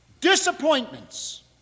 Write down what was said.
disappointments